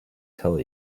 tell